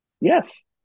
Yes